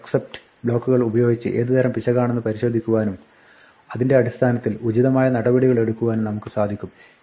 try except ബ്ലോക്കുകൾ ഉപയോഗിച്ച് ഏത് തരം പിശകാണെന്ന് പരിശോധിക്കുവാനും അതിന്റെ അടിസ്ഥാനത്തിൽ ഉചിതമായ നടപടികളെടുക്കുവാനും നമുക്ക് സാധിക്കും